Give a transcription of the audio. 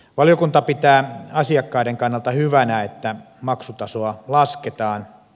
valiokunta pitää asiakkaiden kannalta hyvänä että maksutasoa lasketaan